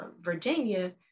Virginia